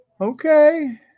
Okay